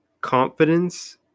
confidence